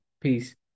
peace